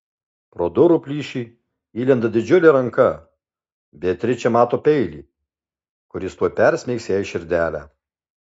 pro durų plyšį įlenda didžiulė ranka beatričė mato peilį kuris tuoj persmeigs jai širdelę